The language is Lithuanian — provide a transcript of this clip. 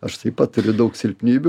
aš taip pat turiu daug silpnybių